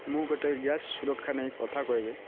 ମୁଁ ଗୋଟେଏ ଗ୍ୟାସ୍ ସୁରକ୍ଷା ନେଇ କଥା କହିବେ